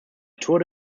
tour